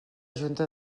junta